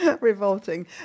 Revolting